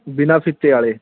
ਬਿਨਾ ਫੀਤੇ ਵਾਲੇ